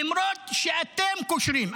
למרות שאתם קושרים.